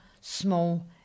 small